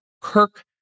Kirk